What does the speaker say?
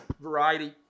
variety